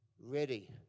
Ready